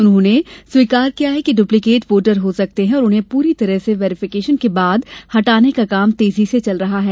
उन्होंने स्वीकार किया कि डुप्लीकेट वोटर हो सकते हैं और उन्हें पूरी तरह से वेरीफिकेशन के बाद हटाने का काम तेजी से चल रहा है